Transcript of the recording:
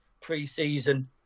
pre-season